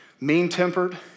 mean-tempered